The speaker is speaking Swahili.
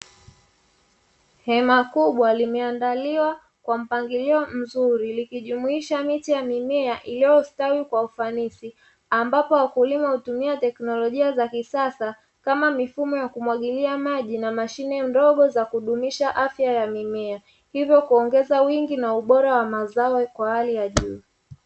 Hema kubwa limeandaliwa kwa mpangilio mzuri likijumuisha miche ya mimea iliyostawi kwa ufanisi, ambapo wakulima hutumia teknolojia za kisasa kama mifumo ya kumwagilia maji na mashine ndogo za kudumisha afya ya mimea, hivyo kuongeza wingi na ubora wa mazao kwa hali ya juu.